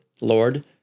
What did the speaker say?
Lord